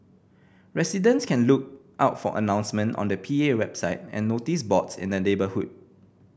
residents can look out for announcements on the P A website and notice boards in the neighbourhood